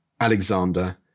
Alexander